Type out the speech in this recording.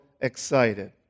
excited